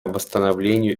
восстановлению